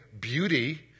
beauty